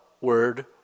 word